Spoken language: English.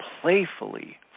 playfully